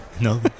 No